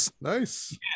nice